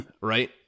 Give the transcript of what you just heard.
Right